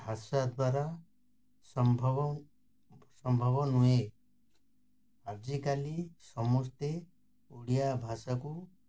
ଭାଷା ଦ୍ୱାରା ସମ୍ଭବ ସମ୍ଭବ ନୁହେଁ ଆଜିକାଲି ସମସ୍ତେ ଓଡ଼ିଆ ଭାଷାକୁ